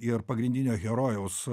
ir pagrindinio herojaus